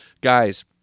Guys